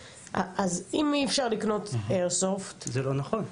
אז אם אי אפשר לקנות איירסופט --- זה לא נכון.